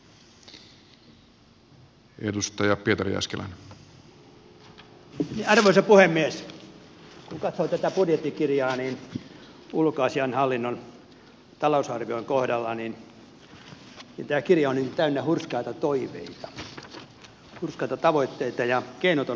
kun katsoo tätä budjettikirjaa niin ulkoasiainhallinnon talousarvion kohdalla tämä kirja on täynnä hurskaita toiveita hurskaita tavoitteita ja keinot ovat aika vähissä